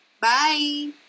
bye